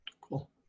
Cool